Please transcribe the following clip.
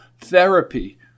Therapy